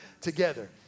together